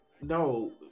no